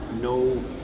no